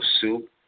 soup